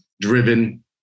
driven